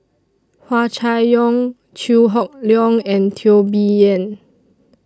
Hua Chai Yong Chew Hock Leong and Teo Bee Yen